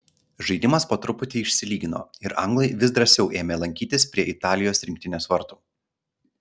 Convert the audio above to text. žaidimas po truputį išsilygino ir anglai vis drąsiau ėmė lankytis prie italijos rinktinės vartų